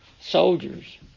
soldiers